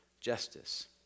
justice